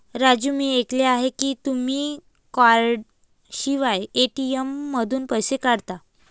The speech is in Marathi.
राजू मी ऐकले आहे की तुम्ही कार्डशिवाय ए.टी.एम मधून पैसे काढता